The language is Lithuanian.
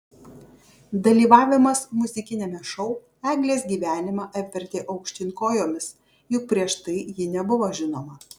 dalyvavimas muzikiniame šou eglės gyvenimą apvertė aukštyn kojomis juk prieš tai ji nebuvo žinoma